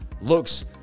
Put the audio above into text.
Looks